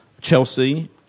Chelsea